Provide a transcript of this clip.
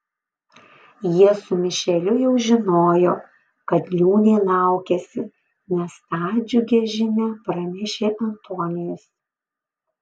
jie su mišeliu jau žinojo kad liūnė laukiasi nes tą džiugią žinią pranešė antonijus